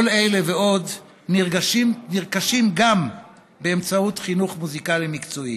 כל אלה ועוד נרכשים גם באמצעות חינוך מוזיקלי מקצועי.